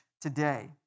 today